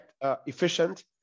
efficient